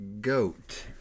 goat